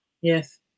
yes